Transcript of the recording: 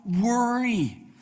worry